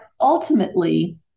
ultimately